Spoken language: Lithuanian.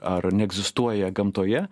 ar neegzistuoja gamtoje